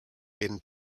been